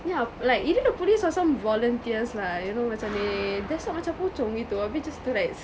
yeah like you know the police or some volunteers lah you know macam they dress up macam pocong gitu habis just to like